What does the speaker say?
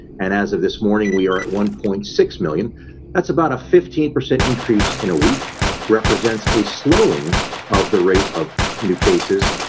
and as of this morning, we are at one point six million that's about a fifteen increase in a week represents a slowing of the rate of new cases,